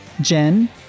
Jen